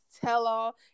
tell-all